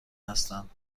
هستند